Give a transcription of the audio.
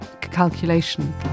calculation